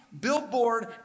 billboard